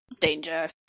danger